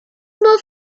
more